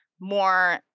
more